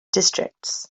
districts